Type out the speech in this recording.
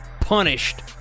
Punished